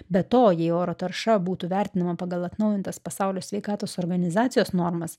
be to jei oro tarša būtų vertinama pagal atnaujintas pasaulio sveikatos organizacijos normas